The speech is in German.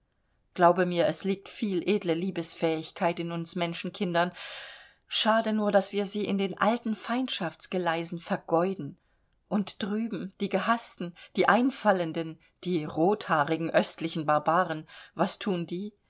glaube mir es liegt viel edle liebesfähigkeit in uns menschenkindern schade nur daß wir sie in den alten feindschaftsgeleisen vergeuden und drüben die gehaßten die einfallenden die rothaarigen östlichen barbaren was thun die